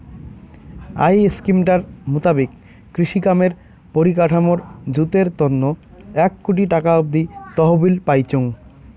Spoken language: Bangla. আই স্কিমটার মুতাবিক কৃষিকামের পরিকাঠামর জুতের তন্ন এক কোটি টাকা অব্দি তহবিল পাইচুঙ